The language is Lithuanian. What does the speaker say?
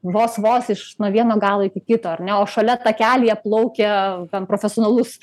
vos vos iš nuo vieno galo iki kito ar ne o šalia takelyje plaukia gan profesionalus